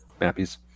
mappies